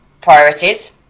priorities